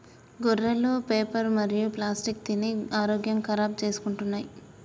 గొర్రెలు పేపరు మరియు ప్లాస్టిక్ తిని ఆరోగ్యం ఖరాబ్ చేసుకుంటున్నయ్